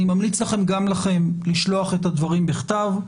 אני ממליץ גם לכם לשלוח את הדברים בכתב.